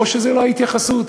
או שזו לא ההתייחסות,